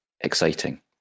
exciting